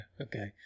okay